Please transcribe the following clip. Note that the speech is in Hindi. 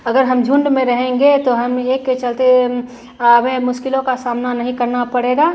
अगर हम झुण्ड में रहेंगे तो हम एक के चलते हमें मुश्किलों का सामना नहीं करना पड़ेगा